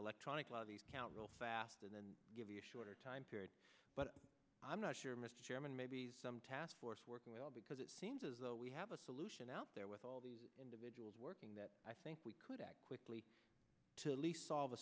electronic count real fast and then give you a shorter time period but i'm not sure mr chairman maybe some task force working well because it seems as though we have a solution out there with all the individuals working that i think we could act quickly to least solve a